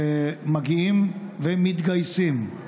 מגיעים ומתגייסים.